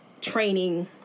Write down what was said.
training